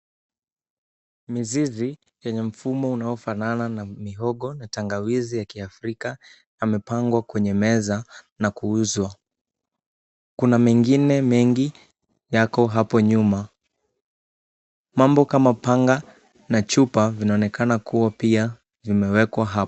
Mizizi yenye mfumo unaofanana na mihogo na tangawizi ya Kiafrika yamepangwa kwenye meza na kuuzwa. Kuna mengine mengi yako hapo nyuma. Mambo kama panga na chupa vinaonekana kuwa pia vimewekwa hapo.